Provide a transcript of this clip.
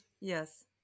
Yes